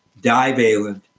divalent